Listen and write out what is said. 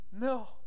No